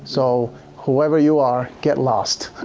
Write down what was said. so whoever you are get lost